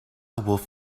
wolf